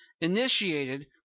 initiated